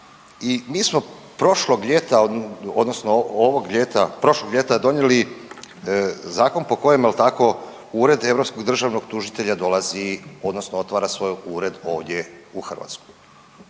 i mi smo prošlog ljeta odnosno ovog ljeta, prošlog ljeta donijeli zakon po kojem jel tako Ured europskog državnog tužitelja dolazi odnosno otvara svoj ured ovdje u Hrvatskoj.